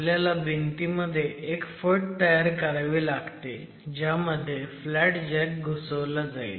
आपल्याला भिंतीमध्ये एक फट तयार करावी लागते ज्यामध्ये फ्लॅट जॅक घुसवला जाईल